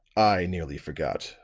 i nearly forgot.